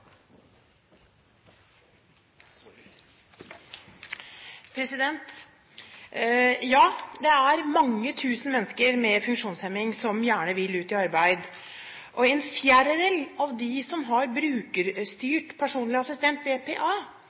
Ja, det er mange tusen mennesker med funksjonshemning som gjerne vil ut i arbeid. En fjerdedel av de som har brukerstyrt personlig assistent, BPA,